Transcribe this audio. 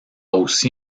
aussi